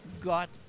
got